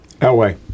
Elway